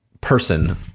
person